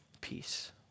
peace